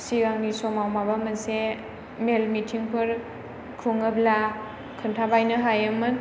सिगांनि समाव माबा मोनसे मेल मिटिं फोर खुङोब्ला खिन्थाबायनो हायोमोन